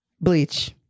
Bleach